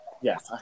Yes